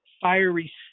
fiery